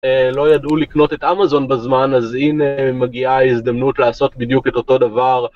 לא ידעו לקנות את אמזון בזמן אז הנה מגיעה ההזדמנות לעשות בדיוק את אותו דבר.